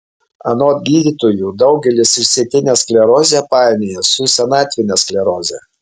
anot gydytojų daugelis išsėtinę sklerozę painioja su senatvine skleroze